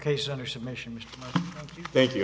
case under submission thank you